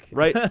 right?